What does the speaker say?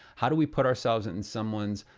how do we put ourselves in someone's,